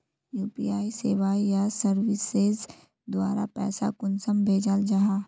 UPI सेवाएँ या services द्वारा पैसा कुंसम भेजाल जाहा?